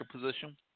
position